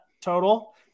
total